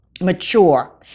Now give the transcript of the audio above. mature